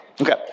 Okay